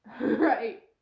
Right